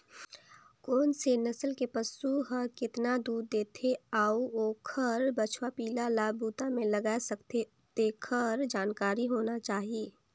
कोन से नसल के पसु हर केतना दूद देथे अउ ओखर बछवा पिला ल बूता में लगाय सकथें, तेखर जानकारी होना चाही